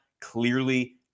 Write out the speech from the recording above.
clearly